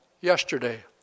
yesterday